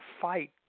fight